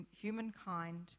humankind